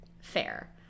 Fair